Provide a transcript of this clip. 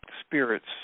spirits